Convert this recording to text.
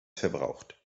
verbraucht